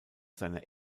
seiner